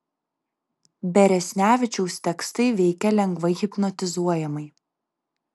beresnevičiaus tekstai veikia lengvai hipnotizuojamai